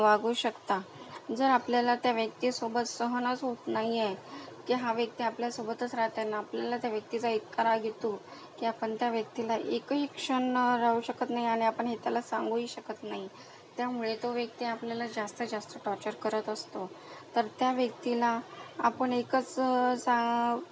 वागू शकता जर आपल्याला त्या व्यक्तीसोबत सहनच होत नाही आहे की हा व्यक्ती आपल्यासोबतच राहते न आपल्याला त्या व्यक्तीचा इतका राग येतो की आपण त्या व्यक्तीला एकही क्षण राहू शकत नाही आणि आपण हे त्याला सांगूही शकत नाही त्यामुळे तो व्यक्ती आपल्याला जास्त जास्त टॉर्चर करत असतो तर त्या व्यक्तीला आपण एकच सां